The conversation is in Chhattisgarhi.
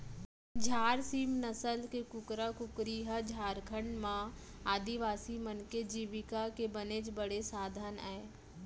झार सीम नसल के कुकरा कुकरी ह झारखंड म आदिवासी मन के जीविका के बनेच बड़े साधन अय